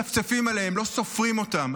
מצפצפים עליהם, לא סופרים אותם.